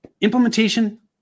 implementation